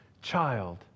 child